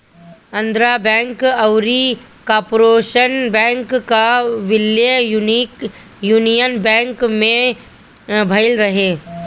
Andhra Bank अउरी Corporation Bank कअ विलय यूनियन बैंक में भयल रहे